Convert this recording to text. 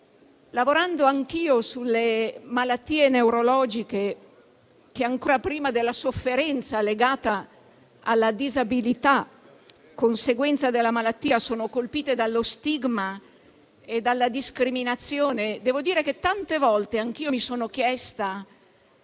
Lavorando anch'io sulle malattie neurologiche che, ancora prima della sofferenza legata alla disabilità conseguente alla malattia, sono colpite dallo stigma e dalla discriminazione, devo dire che tante volte anch'io mi sono chiesta: